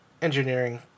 engineering